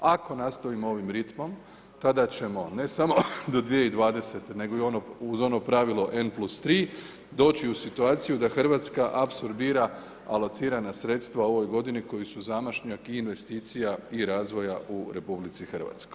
Ako nastavimo ovim ritmom tada ćemo ne samo do 2020. nego i uz ono pravilo N+3 doći u situaciju da Hrvatska apsorbira alocirana sredstva u ovoj godini koji su zamašnjak i investicija i razvoja u RH.